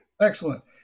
Excellent